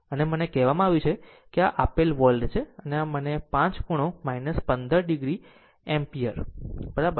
અને મને કહેવામાં આવ્યું છે I આપેલ આ વોલ્ટ છે અને મને 5 ખૂણો 15 o એમ્પીયર બરાબર